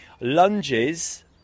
Lunges